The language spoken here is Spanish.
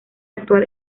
actuar